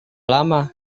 lama